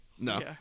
No